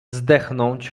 zdechnąć